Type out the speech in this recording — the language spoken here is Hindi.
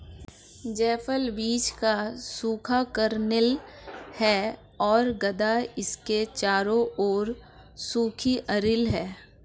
जायफल बीज का सूखा कर्नेल है और गदा इसके चारों ओर सूखी अरिल है